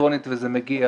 אלקטרונית וזה מגיע,